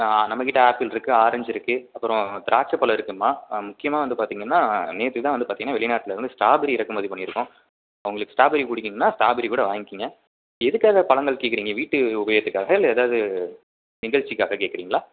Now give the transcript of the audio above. ஆ நம்ம கிட்டே ஆப்பிள் இருக்குது ஆரஞ்ச் இருக்குது அப்புறம் திராட்சை பழம் இருக்குதும்மா முக்கியமாக வந்து பார்த்தீங்கன்னா நேற்று தான் வந்து பார்த்தீங்கன்னா வெளிநாட்லிருந்து ஸ்ட்ராபெரி இறக்குமதி பண்ணியிருக்கோம் உங்களுக்கு ஸ்ட்ராபெரி பிடிக்கும்னா ஸ்ட்ராபெரி கூட வாங்கிங்க எதுக்காக பழங்கள் கேட்குறீங்க வீட்டு உபயோகத்துக்காகவா இல்லை ஏதாவது நிகழ்ச்சிக்காக கேட்குறீங்களா